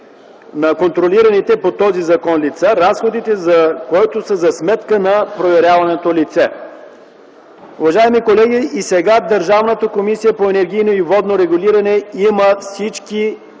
на контролираните по този закон лица, разходите за който са за сметка на проверяваното лице.”. Уважаеми колеги, и сега Държавната комисия по енергийно и водно регулиране има всички